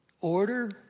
order